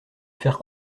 faire